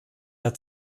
der